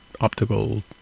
optical